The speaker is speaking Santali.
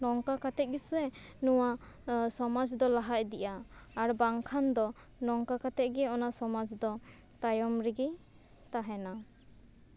ᱱᱚᱝᱠᱟ ᱠᱟᱛᱮᱜ ᱜᱮᱥᱮ ᱱᱚᱣᱟ ᱥᱚᱢᱟᱡᱽ ᱫᱚ ᱞᱟᱦᱟ ᱤᱫᱤᱜᱼᱟ ᱟᱨ ᱵᱟᱝᱠᱷᱟᱱ ᱫᱚ ᱱᱚᱝᱠᱟᱛᱮᱜ ᱜᱮ ᱚᱱᱟ ᱥᱚᱢᱟᱡᱽ ᱫᱚ ᱛᱟᱭᱚᱢ ᱨᱮᱜᱮ ᱛᱟᱦᱮᱱᱟ